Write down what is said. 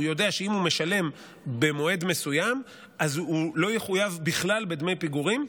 הוא יודע שאם הוא משלם במועד מסוים אז הוא לא יחויב בכלל בדמי פיגורים.